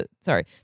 sorry